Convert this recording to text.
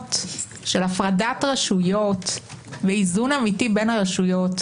בסיסמאות של הפרדת רשויות ואיזון אמיתי בין הרשויות,